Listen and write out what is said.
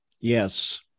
yes